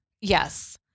yes